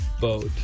Boat